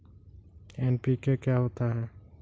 NPK क्या होता है?